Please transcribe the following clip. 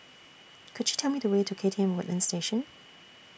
Could YOU Tell Me The Way to K T M Woodlands Station